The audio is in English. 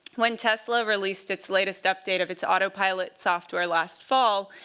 when tesla released its latest update of its autopilot software last fall,